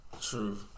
True